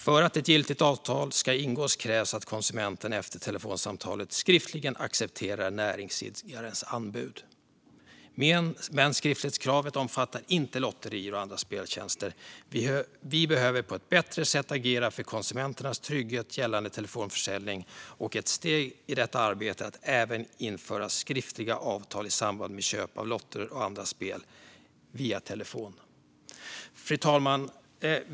För att ett giltigt avtal ska ingås krävs att konsumenten efter telefonsamtalet skriftligen accepterar näringsidkarens anbud. Skriftlighetskravet omfattar dock inte lotterier och andra speltjänster. Vi behöver på ett bättre sätt agera för konsumenternas trygghet gällande telefonförsäljning. Ett steg i detta arbete är att införa skriftliga avtal även i samband med köp av lotter och andra spel via telefon. Fru talman!